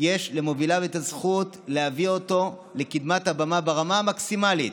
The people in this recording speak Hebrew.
יש למוביליו את הזכות להביא אותו לקדמת הבמה ברמה המקסימלית,